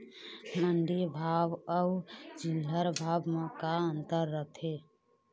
मंडी भाव अउ चिल्हर भाव म का अंतर रथे?